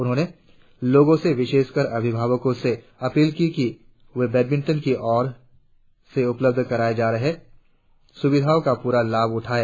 उन्होंने लोगों से विशेषकर अभिभावको से अपील की कि वे एकेडमी की ओर से उपलब्ध कराए जा रही सुविधाओं का पूरा लाभ उठाएं